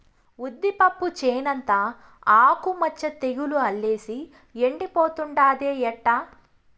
ఉద్దిపప్పు చేనంతా ఆకు మచ్చ తెగులు అల్లేసి ఎండిపోతుండాదే ఎట్టా